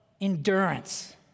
endurance